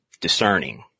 discerning